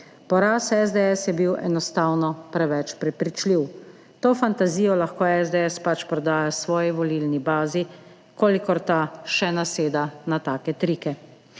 Poraz SDS je bil enostavno preveč prepričljiv. To fantazijo lahko SDS prodaja svoji volilni bazi, kolikor ta še naseda na take trike.